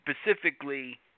specifically